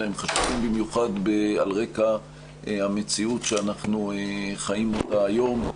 אלא הם חשובים במיוחד על רקע המציאות שאנחנו חיים אותה היום.